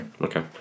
okay